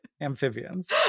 amphibians